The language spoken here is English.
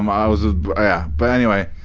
um i was a yeah. but anyway,